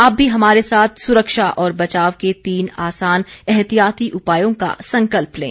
आप भी हमारे साथ सुरक्षा और बचाव के तीन आसान एहतियाती उपायों का संकल्प लें